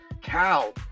cow